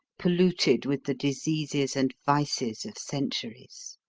polluted with the diseases and vices of centuries.